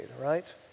right